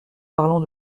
parlons